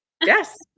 Yes